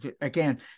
again